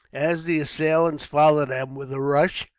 as the assailants followed them with a rush,